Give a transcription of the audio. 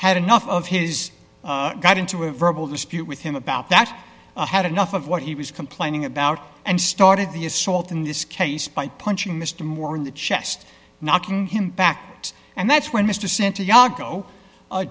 had enough of his got into a verbal dispute with him about that had enough of what he was complaining about and started the assault in this case by punching mr moore in the chest knocking him back out and that's when mr santiago